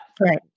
right